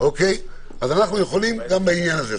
אנו יכולים גם בעניין הזה.